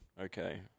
okay